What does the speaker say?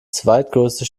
zweitgrößte